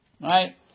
right